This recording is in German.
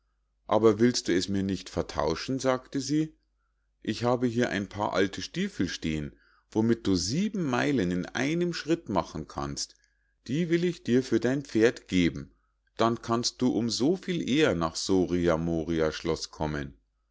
aber willst du es mir nicht vertauschen sagte sie ich habe hier ein paar alte stiefeln stehen womit du sieben meilen in einem schritt machen kannst die will ich dir für dein pferd geben dann kannst du um so viel eher nach soria moria schloß kommen